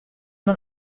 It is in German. man